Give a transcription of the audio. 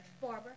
Barbara